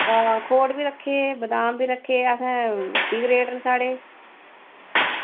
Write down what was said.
खोड़ बी रक्खे दे बादाम बी रक्खे दे असें ठीक रेट न साढ़े